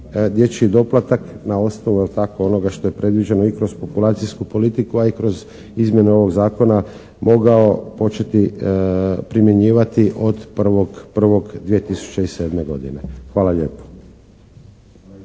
dječji doplatak na osnovu je li tako onoga što je predviđeno i kroz populacijsku politiku a i kroz izmjene ovog zakona mogao početi primjenjivati od 1.1.2007. godine Hvala lijepo.